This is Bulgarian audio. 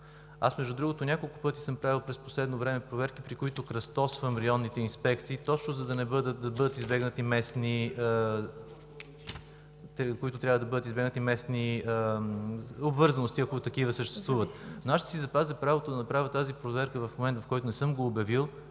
Аз, между другото, няколко пъти съм правил през последно време проверки, при които кръстосвам районните инспекции, точно за да бъдат избегнати местни обвързаности, ако такива съществуват, но аз ще си запазя правото да направя тази проверка в момент, в който не съм го обявил,